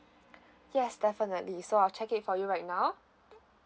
yes definitely so I'll check it for you right now